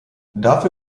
dafür